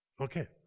Okay